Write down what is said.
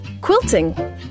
Quilting